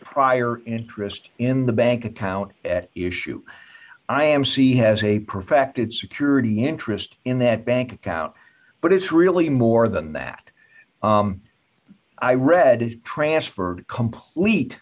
prior interest in the bank account at issue i m c has a perfected security interest in that bank account but it's really more than that i read his transfer complete